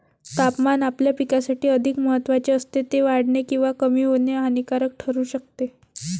तापमान आपल्या पिकासाठी अधिक महत्त्वाचे असते, ते वाढणे किंवा कमी होणे हानिकारक ठरू शकते